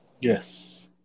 Yes